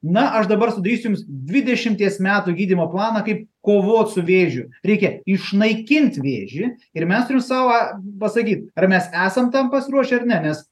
na aš dabar sudarysiu jums dvidešimties metų gydymo planą kaip kovot su vėžiu reikia išnaikint vėžį ir mes turim savą pasakyt ar mes esam tam pasiruošę ar ne nes